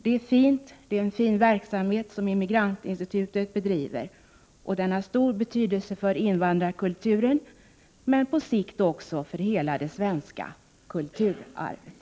Det är en fin verksamhet som Immigrantinstitutet bedriver. Den har stor betydelse för invandrarkulturen, och på sikt även för hela det svenska kulturlivet.